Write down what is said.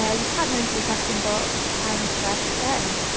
yeah just type them into the question box and press send.